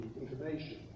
information